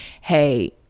hey